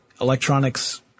electronics